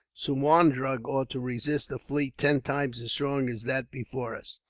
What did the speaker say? suwarndrug ought to resist a fleet ten times as strong as that before us.